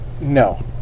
No